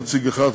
נציג אחד,